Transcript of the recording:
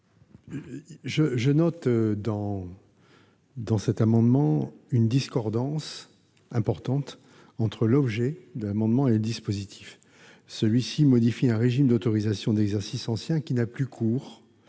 Je note dans cet amendement une discordance importante entre l'objet de l'amendement et le dispositif. Celui-ci modifie un régime d'autorisation d'exercice ancien, qui n'a plus cours